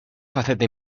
faceta